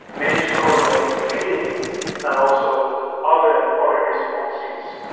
we need to correlate the feeling and also other body responses.